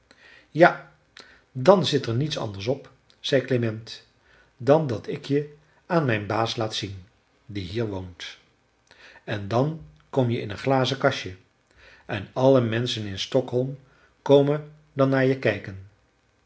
ja dan zit er niets anders op zei klement dan dat ik je aan mijn baas laat zien die hier woont en dan kom je in een glazen kastje en alle menschen in stockholm komen dan naar je kijken